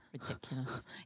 Ridiculous